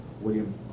William